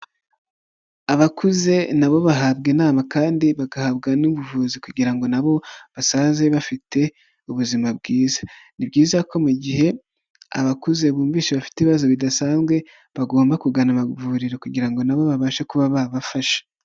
Abakuze na bo bahabwa inama kandi bagahabwa n'ubuvuzi kugira ngo na bo basaze bafite ubuzima bwiza. Ni byiza ko mu gihe abakuze bumvise bafite ibibazo bidasanzwe, bagomba kugana amavuriro kugira ngo na bo babashe kuba babafasha.